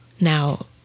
Now